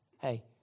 Hey